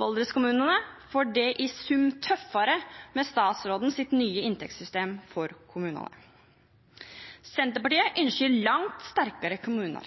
Valdres-kommunene får det i sum tøffere med statsrådens nye inntektssystem for kommunene. Senterpartiet ønsker langt sterkere kommuner,